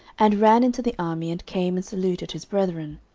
and ran into the army, and came and saluted his brethren.